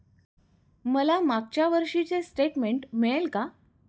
मला मागच्या वर्षीचे स्टेटमेंट मिळेल का?